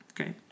okay